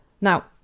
Now